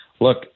look